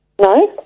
No